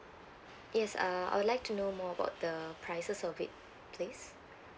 yes uh I would like to know more about the prices of it please